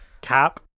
Cap